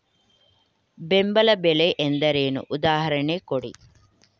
ಬೆಂಬಲ ಬೆಲೆ ಎಂದರೇನು, ಉದಾಹರಣೆ ಕೊಡಿ?